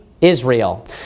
Israel